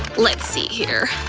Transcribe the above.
let's see here,